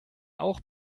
auch